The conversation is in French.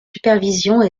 supervision